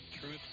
truth